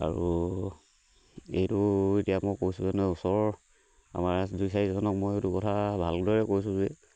আৰু এইটো এতিয়া মই কৈছোঁ যেনে ওচৰ আমাৰ দুই চাৰিজনক মই এইটো কথা ভালদৰে কৈছোঁ যে